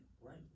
Right